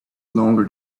longer